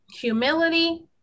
Humility